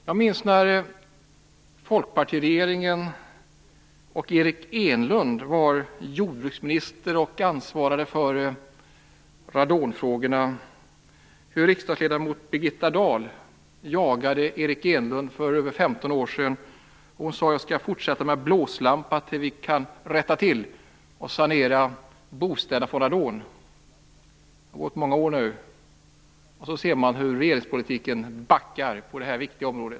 Jag minns när Folkpartiet satt i regeringen och Eric Enlund var jordbruksminister och ansvarade för radonfrågorna, och hur riksdagsledamot Birgitta Dahl jagade Eric Enlund för över 15 år sedan och sade att hon skulle fortsätta jaga med blåslampa tills man kunde rätta till detta och sanera bostäderna från radon. Det har gått många år nu. Och så ser man hur regeringen i sin politik backar på detta viktiga område.